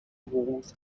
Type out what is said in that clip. walls